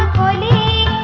tiny